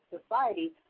Society